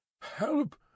Help